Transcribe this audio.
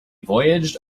voyaged